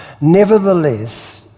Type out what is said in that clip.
Nevertheless